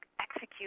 execute